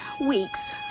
weeks